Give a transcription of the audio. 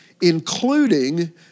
including